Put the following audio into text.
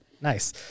nice